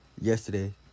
Yesterday